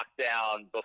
lockdown